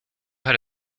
had